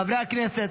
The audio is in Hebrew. חברי הכנסת,